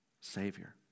Savior